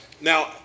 Now